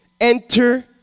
Enter